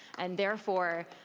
and therefore,